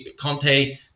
Conte